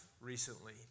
recently